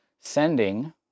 sending